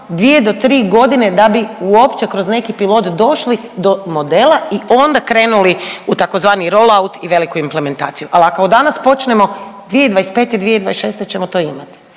2 do 3 godine da bi uopće kroz neki pilot došli do modela i onda krenuli u tzv. rollout i veliku implementaciju, al ako od danas počnemo 2025., 2026. ćemo to imati.